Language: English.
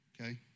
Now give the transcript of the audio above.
okay